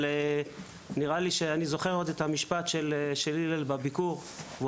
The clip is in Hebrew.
אבל אני חושב שאני עדיין זוכר את המשפט שאמר הלל בביקור שלנו שם.